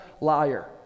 liar